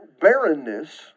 barrenness